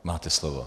Máte slovo.